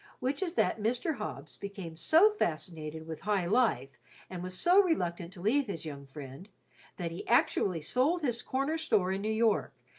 which is that mr. hobbs became so fascinated with high life and was so reluctant to leave his young friend that he actually sold his corner store in new york,